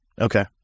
Okay